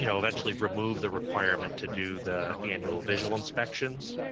you know eventually remove the requirement to do the annual visual inspections,